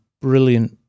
brilliant